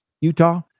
Utah